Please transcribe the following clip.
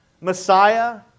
Messiah